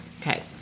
Okay